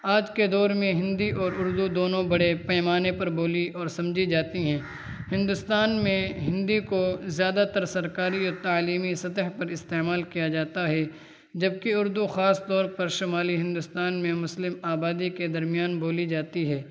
آج کے دور میں ہندی اور اردو دونوں بڑے پیمانے پر بولی اور سمجھی جاتی ہیں ہندوستان میں ہندی کو زیادہ تر سرکاری یا تعلیمی سطح پر استعمال کیا جاتا ہے جبکہ اردو خاص طور پر شمالی ہندوستان میں مسلم آبادی کے درمیان بولی جاتی ہے